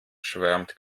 schwärmt